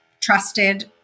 trusted